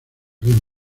ven